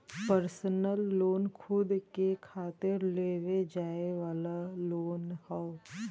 personal loan खुद के खातिर लेवे जाये वाला लोन हौ